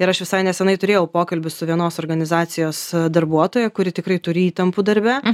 ir aš visai nesenai turėjau pokalbį su vienos organizacijos darbuotoja kuri tikrai turi įtampų darbe